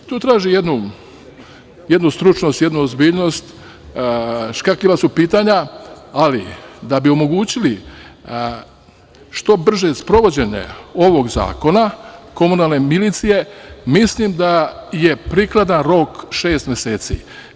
To traži jednu stručnost, jednu ozbiljnost, škakljiva su pitanja, ali da bi omogućili što brže sprovođenje ovog Zakona komunalne milicije, mislim da je prikladan rok šest meseci.